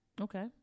okay